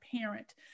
parent